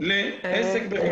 לעסק בחיפה.